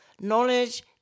knowledge